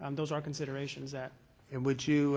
um those are considerations that and would you